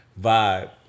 vibe